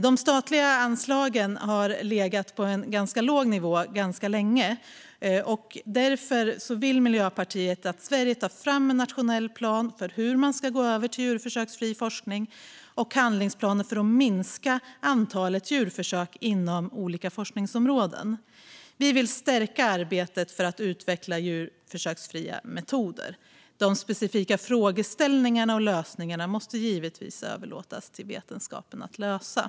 De statliga anslagen har legat på en ganska låg nivå ganska länge, och därför vill Miljöpartiet att Sverige tar fram en nationell plan för hur man ska gå över till djurförsöksfri forskning samt handlingsplaner för att minska antalet djurförsök inom olika forskningsområden. Vi vill stärka arbetet för att utveckla djurförsöksfria metoder. De specifika frågeställningarna och lösningarna måste givetvis överlåtas åt vetenskapen att ta fram.